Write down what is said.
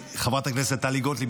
חברת הכנסת טלי גוטליב,